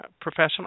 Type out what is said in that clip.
professional